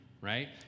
right